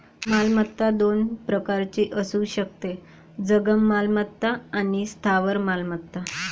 मालमत्ता दोन प्रकारची असू शकते, जंगम मालमत्ता आणि स्थावर मालमत्ता